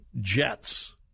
jets